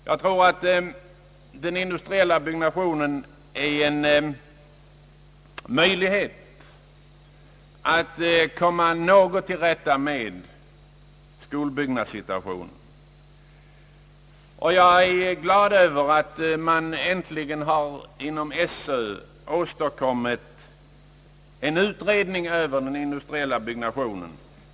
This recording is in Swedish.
Jag tror att industriell byggnation är en möjlighet att något komma till rätta med skolbyggnadssituationen, och jag är glad över att man äntligen inom Sö har åstakommit en utredning i denna fråga.